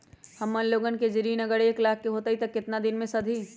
हमन लोगन के जे ऋन अगर एक लाख के होई त केतना दिन मे सधी?